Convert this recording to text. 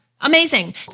Amazing